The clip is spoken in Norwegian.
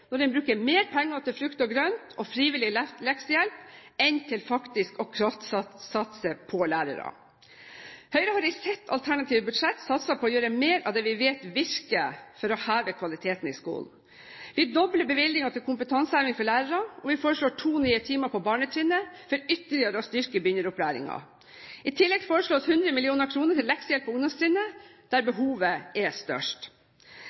når den bruker mer penger til frukt og grønt og frivillig leksehjelp enn til faktisk å kraftsatse på lærere. Høyre har i sitt alternative budsjett satset på å gjøre mer av det vi vet virker for å heve kvaliteten i skolen. Vi dobler bevilgningen til kompetanseheving for lærere, og vi foreslår to nye timer på barnetrinnet for ytterligere å styrke begynneropplæringen. I tillegg foreslås 100 mill. kr til leksehjelp på ungdomstrinnet der behovet er størst.